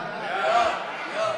ההסתייגות של קבוצת סיעת מרצ,